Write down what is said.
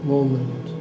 Moment